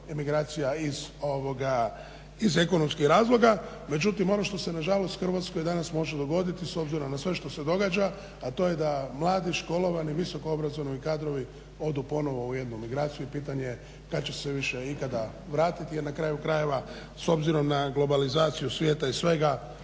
iz ekonomskih razloga. Međutim, ono što se nažalost Hrvatskoj danas može dogoditi s obzirom na sve što se događa a to je da mladi, školovani, visokoobrazovani kadrovi odu ponovno u jednu migraciju i pitanje je kad će se više ikada vratiti. Jer na kraju krajeva s obzirom na globalizaciju svijeta i svega